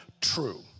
true